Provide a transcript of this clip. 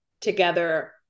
together